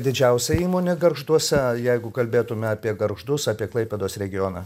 didžiausia įmonė gargžduose jeigu kalbėtume apie gargždus apie klaipėdos regioną